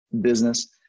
business